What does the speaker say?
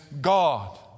God